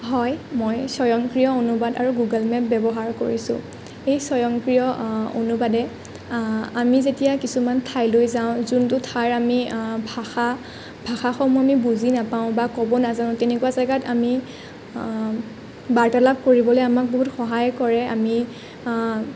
হয় মই স্বয়ংক্ৰিয় অনুবাদ আৰু গুগুল মেপ ব্যৱহাৰ কৰিছোঁ এই স্বয়ংক্ৰিয় অনুবাদে আমি যেতিয়া কিছুমান ঠাইলৈ যাওঁ যোনটো ঠাইৰ আমি ভাষা ভাষাসমূহ আমি বুজি নাপাওঁ বা ক'ব নাজানোঁ তেনেকুৱা জেগাত আমি বাৰ্তালাপ কৰিবলৈ আমাক বহুত সহায় কৰে আমি